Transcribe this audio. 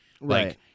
Right